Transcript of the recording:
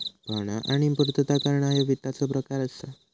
पाहणा आणि पूर्तता करणा ह्या वित्ताचो प्रकार असा